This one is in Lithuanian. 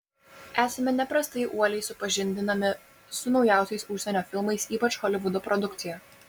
esame neprastai uoliai supažindinami su naujausiais užsienio filmais ypač holivudo produkcija